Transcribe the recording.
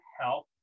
help